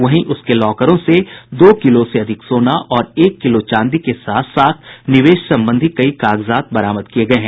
वहीं उनके लॉकरों से दो किलो से अधिक सोना और एक किलो चांदी के साथ साथ निवेश संबंधी कई कागजात बरामद किये गये हैं